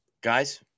Guys